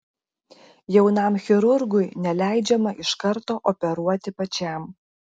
jaunam chirurgui neleidžiama iš karto operuoti pačiam